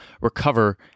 recover